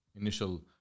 initial